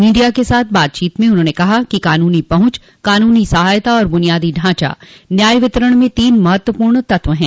media के साथ बातचीत में उन्होने कहा कि कानूनी पहुंच कानूनी सहायता और बुनियादी ढांचा न्याय वितरण में तीन महत्वपूर्ण तत्व हैं